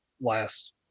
last